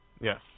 Yes